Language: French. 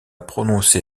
prononcé